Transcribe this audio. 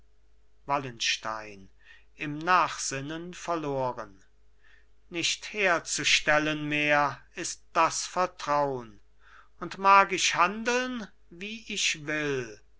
wallenstein in nachsinnen verloren nicht herzustellen mehr ist das vertraun und mag ich handeln wie ich will